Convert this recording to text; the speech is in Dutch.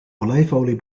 olijfolie